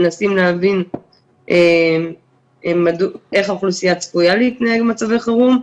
מנסים להבין איך האוכלוסייה צפויה להתנהל במצבי חירום,